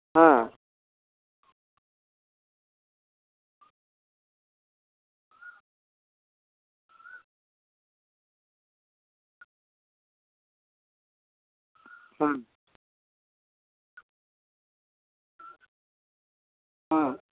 ᱦᱮᱸ ᱦᱮᱸ ᱦᱮᱸ